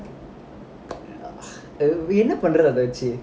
dey என்ன பண்ற அது வச்சு:enna pandra adhu vachu